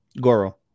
Goro